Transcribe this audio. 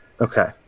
Okay